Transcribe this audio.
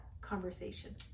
conversation